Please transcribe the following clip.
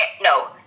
no